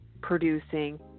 producing